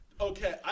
Okay